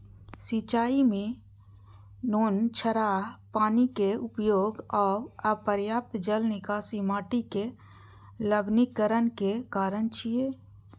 सिंचाइ मे नोनछराह पानिक उपयोग आ अपर्याप्त जल निकासी माटिक लवणीकरणक कारण छियै